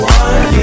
one